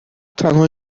تنها